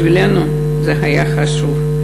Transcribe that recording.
בשבילנו זה היה חשוב.